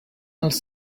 els